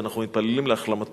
ואנחנו מתפללים להחלמתו,